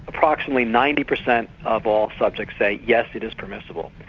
approximately ninety percent of all subjects say yes, it is permissible'.